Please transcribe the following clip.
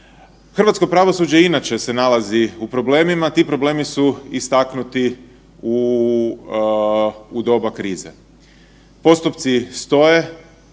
Hrvatsko pravosuđe inače se nalaze u problemima, ti problemi su istaknuti u doba krize. Postupci stoje,